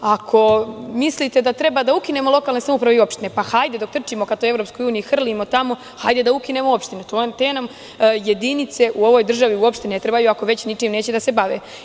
Ako mislite da treba da ukinemo lokalne samouprave i opštine, pa hajde da otrčimo ka toj EU, hrlimo tamo, hajde da ukinemo opštine, te nam jedinice u ovoj državi uopšte ne trebaju, ako već ničim neće da se bave.